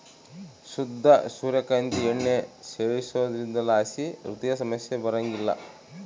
ಶುದ್ಧ ಸೂರ್ಯ ಕಾಂತಿ ಎಣ್ಣೆ ಸೇವಿಸೋದ್ರಲಾಸಿ ಹೃದಯ ಸಮಸ್ಯೆ ಬರಂಗಿಲ್ಲ